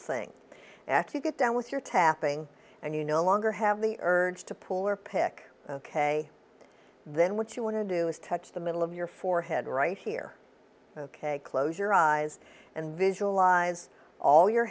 thing to get down with your tapping and you no longer have the urge to pull or pick ok then what you want to do is touch the middle of your forehead right here ok close your eyes and visualize all your